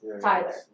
Tyler